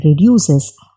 reduces